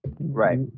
Right